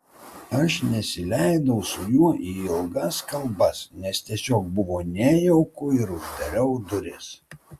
aš nesileidau su juo į ilgas kalbas nes tiesiog buvo nejauku ir uždariau duris